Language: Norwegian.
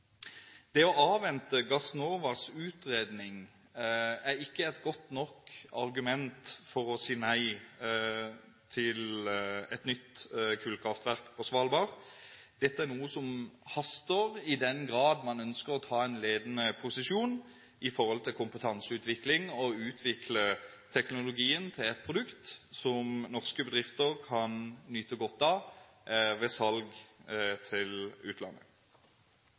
Det å avvente Gassnovas utredning er ikke et godt nok argument for å si nei til et nytt kullkraftverk på Svalbard. Dette er noe som haster, i den grad man ønsker å ta en ledende posisjon i forhold til kompetanseutvikling og utvikle teknologien til et produkt som norske bedrifter kan nyte godt av ved salg til utlandet.